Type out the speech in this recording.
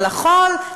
על החול,